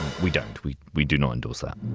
we don't, we we do not endorse that.